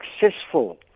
successful